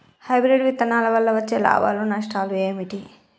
Hybrid విత్తనాల వల్ల వచ్చే లాభాలు నష్టాలు ఏమిటి?